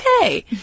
okay